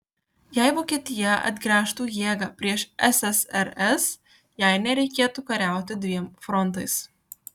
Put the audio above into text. jei vokietija atgręžtų jėgą prieš ssrs jai nereikėtų kariauti dviem frontais